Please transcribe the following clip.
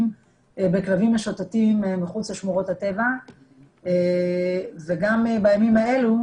בכלבים משוטטים מחוץ לשמורות הטבע וגם בימים האלה,